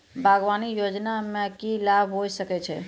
बागवानी योजना मे की लाभ होय सके छै?